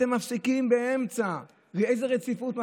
אתם מפסיקים באמצע, ואיזו רציפות?